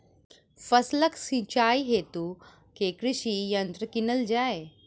फसलक सिंचाई हेतु केँ कृषि यंत्र कीनल जाए?